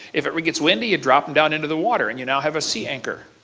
if it gets windy, drop them down into the water and you know have a sea anchor.